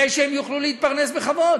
כדי שהם יוכלו להתפרנס בכבוד.